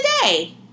today